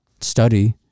study